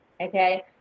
Okay